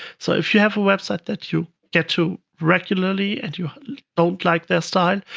so if you have a website that you get to regularly and you don't like their style,